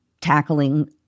tackling